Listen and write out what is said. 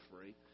free